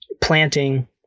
Planting